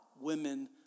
women